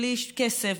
בלי כסף,